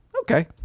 okay